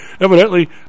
Evidently